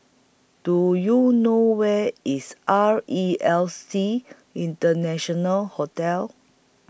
Do YOU know Where IS R E L C International Hotel